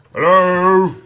hello?